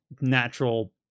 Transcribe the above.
natural